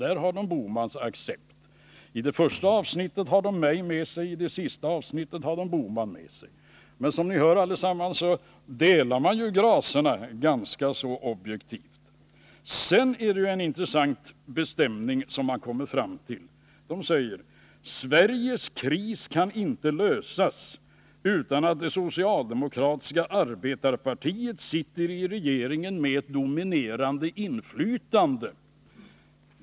Där har de herr Bohmans accept. — I det första avsnittet har de mig med sig och i det sista avsnittet har de Gösta Bohman med sig. Men som ni hör allesammans delar man ju gracerna ganska objektivt. Sedan är det en intressant bestämning som de kommer fram till: Sveriges kris kan inte lösas utan att det socialdemokratiska arbetarpartiet sitter i regeringen med ett dominerande inflytande.